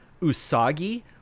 Usagi